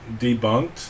debunked